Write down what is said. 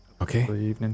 Okay